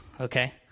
okay